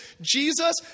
Jesus